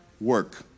work